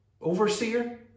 overseer